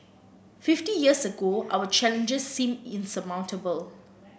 fifty years ago our challenges seemed insurmountable